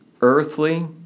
earthly